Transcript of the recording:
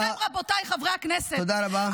לכן, רבותיי חברי הכנסת, תודה רבה.